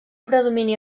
predomini